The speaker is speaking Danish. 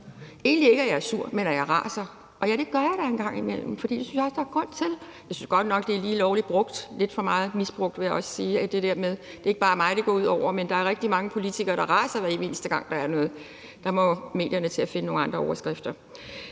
egentlig ikke, at jeg er sur, men at jeg raser. Og ja, at det gør jeg da en gang imellem, for det synes jeg også at der er grund til. Jeg synes godt nok, at det er blevet brugt lige lovlig meget og misbrugt lidt for meget, vil jeg også sige. Det er ikke bare mig, det går ud over, men der er rigtig mange politikere, der raser, hver evig eneste gang der er noget. Der må medierne til at finde på nogle andre overskrifter.